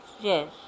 yes